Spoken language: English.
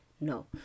No